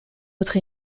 autre